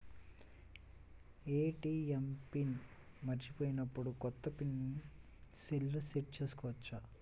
ATM PIN మరచిపోయినప్పుడు, కొత్త PIN సెల్లో సెట్ చేసుకోవచ్చా?